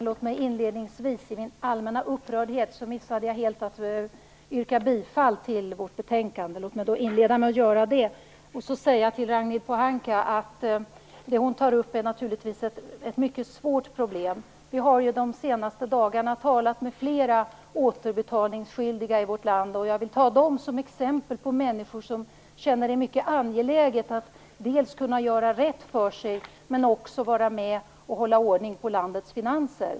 Herr talman! I min allmänna upprördhet missade jag helt att yrka bifall till hemställan i vårt betänkande. Låt mig inleda med att göra det. Jag vill säga till Ragnhild Pohanka att det hon tar upp naturligtvis är ett mycket svårt problem. Vi har de senaste dagarna talat med flera återbetalningsskyldiga i vårt land. Jag vill ta dem som exempel på människor som känner det som mycket angeläget att dels kunna göra rätt för sig, dels vara med och hålla ordning på landets finanser.